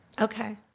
Okay